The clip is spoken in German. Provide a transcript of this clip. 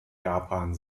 japan